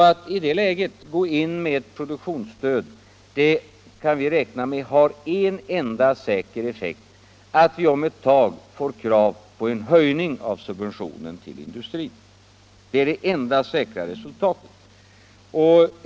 Att i det läget gå in med produktionsstöd har en enda säker effekt: att vi om ett tag får krav på en höjning av subventionen till industrin. Det är det enda säkra resultat som vi kan räkna med.